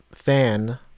fan